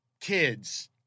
kids